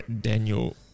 Daniel